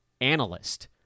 analyst